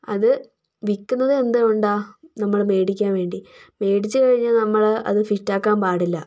അത് വിൽക്കുന്നത് എന്തുകൊണ്ടാണ് നമ്മൾ മേടിക്കാൻ വേണ്ടി മേടിച്ചു കഴിഞ്ഞാൽ നമ്മൾ അതു ഫിറ്റാക്കാൻ പാടില്ല